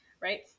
right